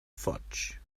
fudge